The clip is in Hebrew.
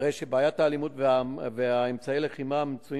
הרי שבעיית האלימות ואמצעי הלחימה המצויים